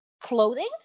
clothing